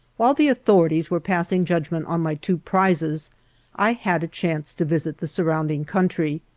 while the authorities were passing judgment on my two prizes i had a chance to visit the surrounding country.